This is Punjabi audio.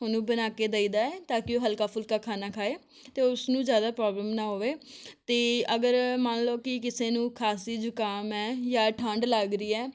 ਉਹਨੂੰ ਬਣਾ ਕੇ ਦਈਦਾ ਹੈ ਤਾਂ ਕਿ ਉਹ ਹਲਕਾ ਫੁਲਕਾ ਖਾਣਾ ਖਾਵੇ ਅਤੇ ਉਸਨੂੰ ਜ਼ਿਆਦਾ ਪ੍ਰੋਬਲਮ ਨਾ ਹੋਵੇ ਅਤੇ ਅਗਰ ਮੰਨ ਲਓ ਕਿ ਕਿਸੇ ਨੂੰ ਖਾਂਸੀ ਜ਼ੁਕਾਮ ਹੈ ਜਾਂ ਠੰਡ ਲੱਗ ਰਹੀ ਹੈ